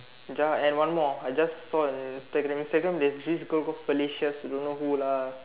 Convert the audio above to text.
Jah and one more I just saw in Instagram Instagram there's this girl called Felicious don't know who lah